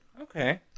Okay